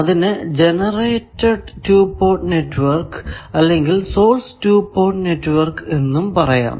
അതിനെ generated 2 port network അല്ലെങ്കിൽ source 2 port network എന്നും പറയാം